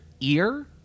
ear